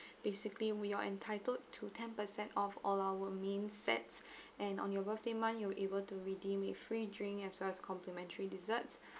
basically we are entitled to ten percent off all our main sets and on your birthday month you'll able to redeem a free drink as well as complimentary desserts